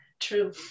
True